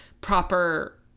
proper